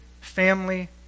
family